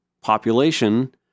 population